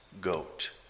goat